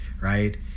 right